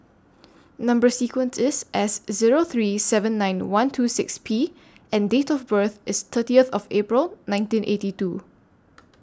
Number sequence IS S Zero three seven nine one two six P and Date of birth IS thirtieth of April nineteen eighty two